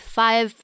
five